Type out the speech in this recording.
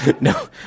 no